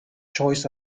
choices